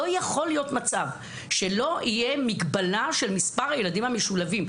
לא יכול להיות מצב שלא תהיה מגבלה על מספר הילדים המשולבים.